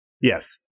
Yes